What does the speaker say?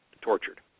tortured